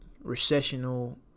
recessional